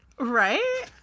Right